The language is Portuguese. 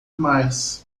mais